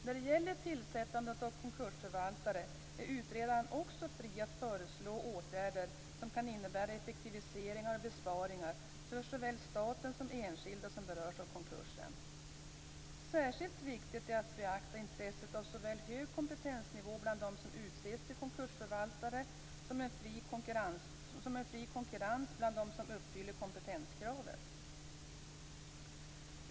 När det gäller tillsättande av konkursförvaltare är utredaren också fri att föreslå åtgärder som kan innebära effektiviseringar och besparingar för såväl staten som enskilda som berörs av konkursen. Särskilt viktigt är att beakta intresset av såväl en hög kompetensnivå bland dem som utses till konkursförvaltare som en fri konkurrens bland dem som uppfyller kompetenskravet.